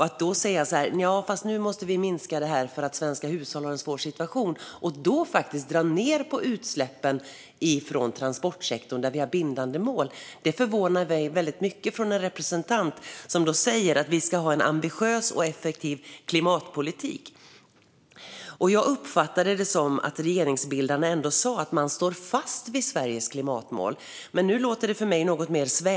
Att då en representant som säger att vi ska ha en ambitiös och effektiv klimatpolitik säger att vi måste göra en minskning för att svenska hushåll har en svår situation förvånar mig väldigt mycket. Vi har bindande mål när det gäller att dra ned på utsläppen från transportsektorn. Jag uppfattade det som att regeringsbildarna sa att man står fast vid Sveriges klimatmål. Men nu låter det för mig något mer svävande.